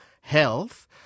health